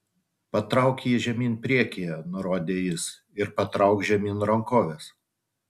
patrauk jį žemyn priekyje nurodė jis ir patrauk žemyn rankoves